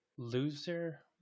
Loser